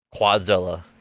quadzilla